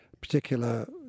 particular